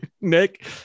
Nick